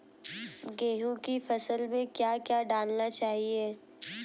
गेहूँ की फसल में क्या क्या डालना चाहिए?